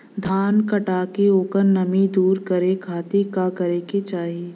धान कांटेके ओकर नमी दूर करे खाती का करे के चाही?